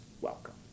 welcome